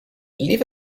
believe